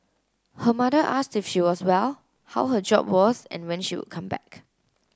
her mother asked if she was well how her job was and when she would come back